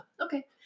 Okay